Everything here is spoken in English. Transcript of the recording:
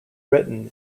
written